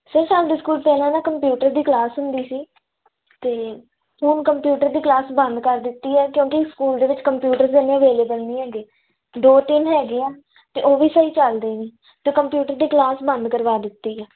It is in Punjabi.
ਸਰ ਸਾਡੇ ਸਕੂਲ ਪਹਿਲਾਂ ਨਾ ਕੰਪਿਊਟਰ ਦੀ ਕਲਾਸ ਹੁੰਦੀ ਸੀ ਅਤੇ ਹੁਣ ਕੰਪਿਊਟਰ ਦੀ ਕਲਾਸ ਬੰਦ ਕਰ ਦਿੱਤੀ ਹੈ ਕਿਉਂਕਿ ਸਕੂਲ ਦੇ ਵਿੱਚ ਕੰਪਿਊਟਰਸ ਇੰਨੇ ਅਵੇਲੇਬਲ ਨਹੀਂ ਹੈਗੇ ਦੋ ਤਿੰਨ ਹੈਗੇ ਆ ਅਤੇ ਉਹ ਵੀ ਸਹੀ ਚਲਦੇ ਨਹੀਂ ਅਤੇ ਕੰਪਿਊਟਰ ਦੀ ਕਲਾਸ ਬੰਦ ਕਰਵਾ ਦਿੱਤੀ ਆ